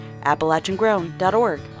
AppalachianGrown.org